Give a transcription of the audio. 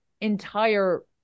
entire